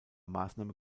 maßnahmen